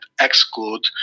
exclude